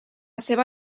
seva